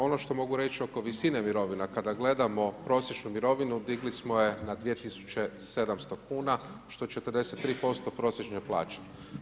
Ono što mogu reći oko visine mirovina, kada gledamo prosječnu mirovinu, digli smo je na 2700 kn, što 43% prosječne plaće.